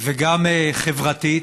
וגם חברתית,